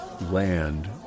land